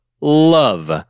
love